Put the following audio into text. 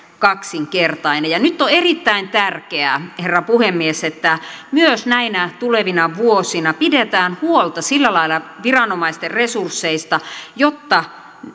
kaksinkertainen nyt on erittäin tärkeää herra puhemies että myös näinä tulevina vuosina pidetään huolta sillä lailla viranomaisten resursseista jotta